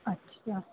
अच्छा